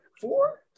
Four